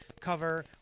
cover